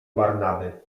barnaby